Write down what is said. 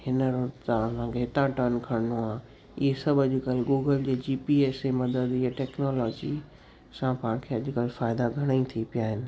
हिन रूट था तव्हांखे हितां टर्न खणिणो आहे इहे सभु अॼुकल्ह गूगल जे जी पी एस ई मदद इहे टेक्नोलोजी सां पाण खे अॼुकल्ह फ़ाइदा घणेई थी पिया आहिनि